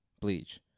bleach